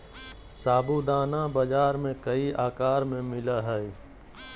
साबूदाना बाजार में कई आकार में मिला हइ